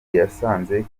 yasanze